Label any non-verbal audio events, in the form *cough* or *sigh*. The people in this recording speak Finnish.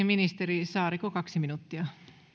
*unintelligible* ministeri saarikko kaksi minuuttia